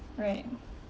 right